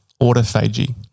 autophagy